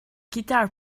guitar